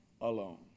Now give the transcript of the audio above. alone